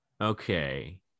okay